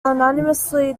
unanimously